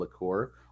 liqueur